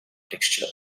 texture